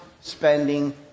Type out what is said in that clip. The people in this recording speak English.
spending